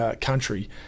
country